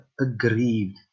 aggrieved